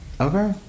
Okay